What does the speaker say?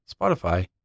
Spotify